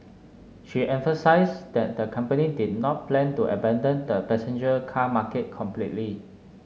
she emphasised that the company did not plan to abandon the passenger car market completely